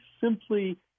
simply